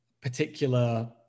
particular